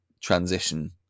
transition